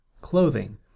clothing